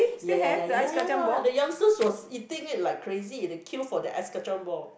ya ya ya ya ya ya ya the youngsters was eating it like crazy the queue for that ice-kacang ball